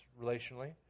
relationally